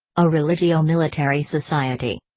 a religio-military society.